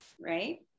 right